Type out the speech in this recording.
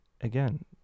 again